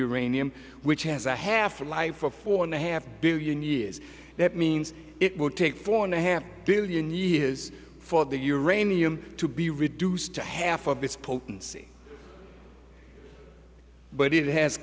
uranium which has a half life for four and a half billion years that means it will take four and a half billion years for the year a medium to be reduced to half of its potency but it has